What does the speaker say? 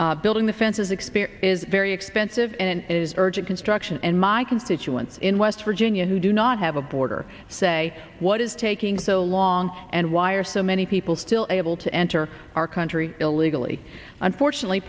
building the fence is experience is very expensive and it is urgent construction and my constituents in west virginia who do not have a border say what is taking so long and why are so many people still able to enter our country illegally unfortunately